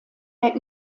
der